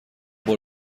بار